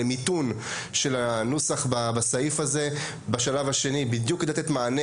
יש משפחה אחת שהחליטה שהיא רבה עם כל אנשי הרחוב שלה על איזשהו מעבר,